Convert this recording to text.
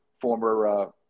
former